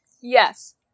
Yes